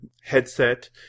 headset